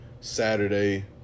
Saturday